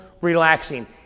relaxing